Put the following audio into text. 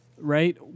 Right